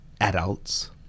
adults